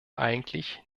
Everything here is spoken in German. eigentlich